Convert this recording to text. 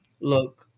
Look